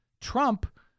Trump